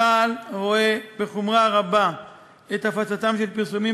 צה"ל רואה בחומרה רבה את הפצתם של פרסומים